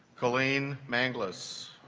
colleen manglers